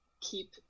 keep